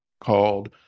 called